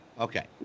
Okay